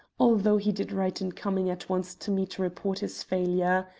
although he did right in coming at once to me to report his failure.